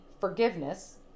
forgiveness